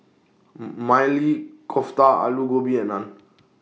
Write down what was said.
Maili Kofta Alu Gobi and Naan